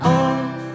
off